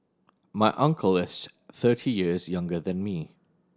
my uncle is thirty years younger than me